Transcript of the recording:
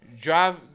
drive